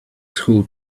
school